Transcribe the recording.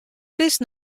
bist